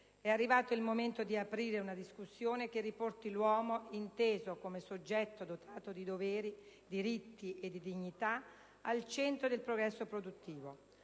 è arrivato il momento di aprire una discussione che riporti l'uomo, inteso come soggetto dotato di doveri, diritti e soprattutto dignità, al centro del processo produttivo.